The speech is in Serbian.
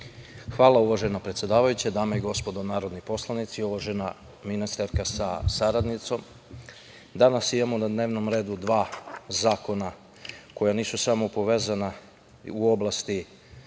Hvala, uvažena predsedavajuća. Dame i gospodo narodni poslanici, uvažena ministarko sa saradnicom, danas imamo na dnevnom redu dva zakona koja nisu samo povezana u oblasti